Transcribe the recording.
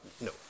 no